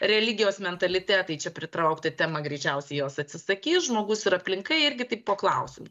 religijos mentalitetai čia pritraukti temą greičiausiai jos atsisakys žmogus ir aplinka irgi taip po klausimu